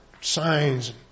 signs